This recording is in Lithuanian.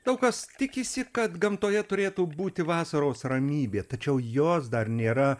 daug kas tikisi kad gamtoje turėtų būti vasaros ramybė tačiau jos dar nėra